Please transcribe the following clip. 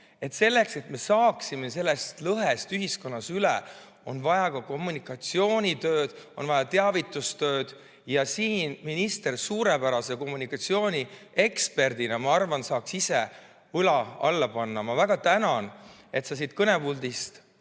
Selleks, me saaksime sellest lõhest ühiskonnas üle, on vaja ka kommunikatsioonitööd, on vaja teavitustööd. Minister suurepärase kommunikatsioonieksperdina, ma arvan, saaks ise õla alla panna. Ma väga tänan, et sa siit kõnepuldist